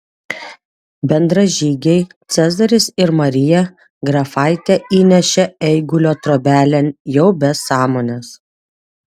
bendražygiai cezaris ir marija grafaitę įneša eigulio trobelėn jau be sąmonės